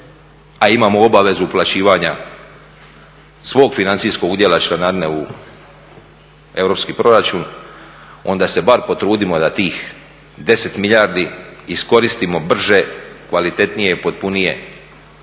a imamo obavezu uplaćivanja svog financijskog udjela članarine u europski proračun, onda se bar potrudimo da tih 10 milijardi iskoristimo brže, kvalitetnije, potpunije,